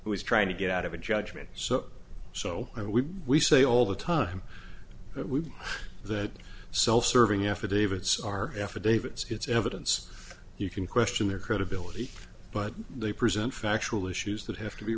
who is trying to get out of a judgment so so we say all the time that we that self serving affidavits are affidavit so it's evidence you can question their credibility but they present factual issues that have to be